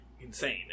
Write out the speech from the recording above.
insane